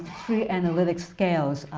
three analytic scales.